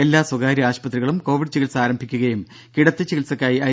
എല്ലാ സ്വകാര്യ ആശുപത്രികളും കോവിഡ് ചികിത്സ ആരംഭിക്കുകയും കിടത്തി ചികിത്സക്കായി ഐ